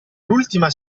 l’ultima